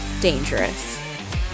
dangerous